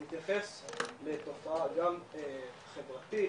הוא מתייחס לתופעה גם חברתית,